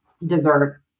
dessert